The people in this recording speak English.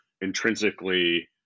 intrinsically